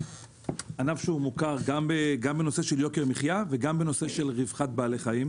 ענף שמוכר גם בנושא יוקר מחיה וגם בנושא של רווחת בעלי-חיים.